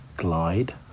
Glide